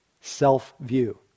self-view